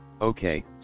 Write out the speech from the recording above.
Okay